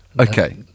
Okay